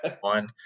one